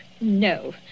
No